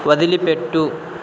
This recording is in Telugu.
వదిలిపెట్టు